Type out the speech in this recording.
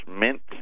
mint